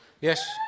Yes